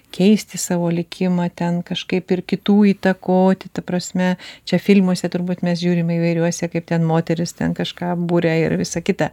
keisti savo likimą ten kažkaip ir kitų įtakoti ta prasme čia filmuose turbūt mes žiūrim įvairiuose kaip ten moterys ten kažką buria ir visa kita